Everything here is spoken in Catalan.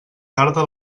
tarda